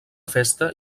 festa